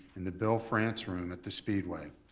in the bill france room at the speedway.